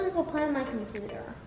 go play on my computer.